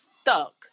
stuck